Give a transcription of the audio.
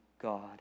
God